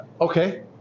okay